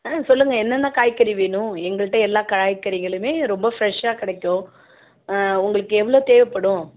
ஆ சொல்லுங்கள் என்னென்ன காய்கறி வேணும் எங்கள்கிட்ட எல்லா காய்கறிகளுமே ரொம்ப ஃப்ரெஷ்ஷாக கிடைக்கு உங்களுக்கு எவ்வளோ தேவைப்படும்